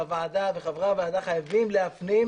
והוועדה וחברי הוועדה חייבים להפנים,